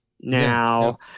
Now